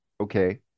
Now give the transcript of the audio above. okay